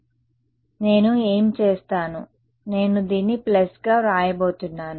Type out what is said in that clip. కాబట్టి నేను ఏమి చేస్తాను నేను దీన్ని ప్లస్గా వ్రాయబోతున్నాను